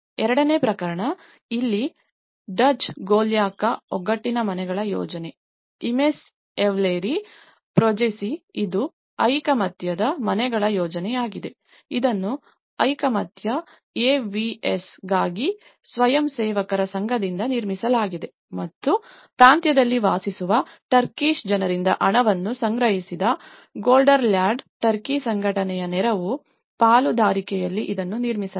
ಎರಡನೇ ಪ್ರಕರಣ ಇಲ್ಲಿ ಡಜ್ ಗೋಲ್ಯಾಕಾ ಒಗ್ಗಟ್ಟಿನ ಮನೆಗಳ ಯೋಜನೆ Imece Evleri Projesi İmece Evleri Projesi ಇದು ಐಕಮತ್ಯದ ಮನೆಗಳ ಯೋಜನೆಯಾಗಿದೆ ಇದನ್ನು ಐಕಮತ್ಯ AVS ಗಾಗಿ ಸ್ವಯಂಸೇವಕರ ಸಂಘದಿಂದ ನಿರ್ಮಿಸಲಾಗಿದೆ ಮತ್ತು ಪ್ರಾಂತ್ಯದಲ್ಲಿ ವಾಸಿಸುವ ಟರ್ಕಿಶ್ ಜನರಿಂದ ಹಣವನ್ನು ಸಂಗ್ರಹಿಸಿದ ಗೆಲ್ಡರ್ಲ್ಯಾಂಡ್ ಟರ್ಕಿ ಸಂಘಟನೆಯ ನೆರವು ಪಾಲುದಾರಿಕೆಯಲ್ಲಿ ಇದನ್ನು ನಿರ್ಮಿಸಲಾಗಿದೆ